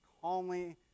calmly